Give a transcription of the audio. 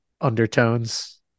undertones